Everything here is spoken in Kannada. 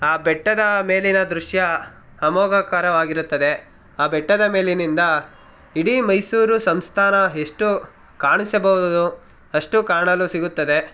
ಆ ಬೆಟ್ಟದ ಮೇಲಿನ ದೃಶ್ಯ ಅಮೋಘಕರವಾಗಿರುತ್ತದೆ ಆ ಬೆಟ್ಟದ ಮೇಲಿನಿಂದ ಇಡೀ ಮೈಸೂರು ಸಂಸ್ಥಾನ ಎಷ್ಟು ಕಾಣಿಸಬೋದು ಅಷ್ಟು ಕಾಣಲು ಸಿಗುತ್ತದೆ